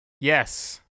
Yes